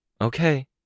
Okay